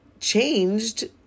changed